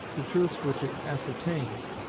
the truths which it ascertains,